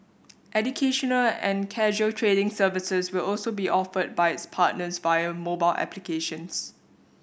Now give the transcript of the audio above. educational and casual trading services will also be offered by its partners via mobile applications